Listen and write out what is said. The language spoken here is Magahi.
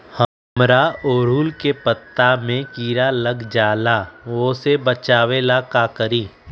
हमरा ओरहुल के पत्ता में किरा लग जाला वो से बचाबे ला का करी?